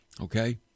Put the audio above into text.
Okay